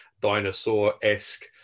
dinosaur-esque